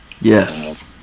yes